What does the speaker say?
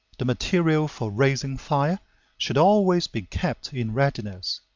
the material for raising fire should always be kept in readiness.